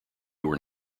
were